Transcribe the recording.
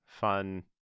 Fun